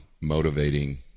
motivating